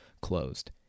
closed